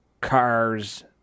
cars